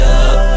up